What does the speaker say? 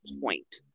point